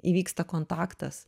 įvyksta kontaktas